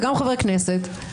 וגם חברי כנסת,